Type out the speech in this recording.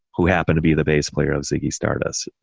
who happened to be the bass player of ziggy stardust,